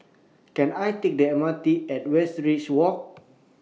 Can I Take The M R T At Westridge Walk